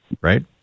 right